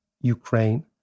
Ukraine